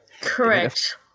Correct